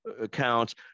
accounts